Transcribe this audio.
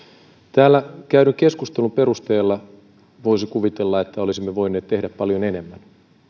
täällä käydyn keskustelun perusteella voisi kuvitella että olisimme voineet tehdä paljon enemmän